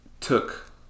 took